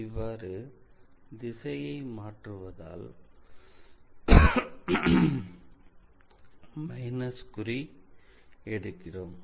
இவ்வாறு திசையை மாற்றுவதால் மைனஸ் குறி எடுக்கிறோம்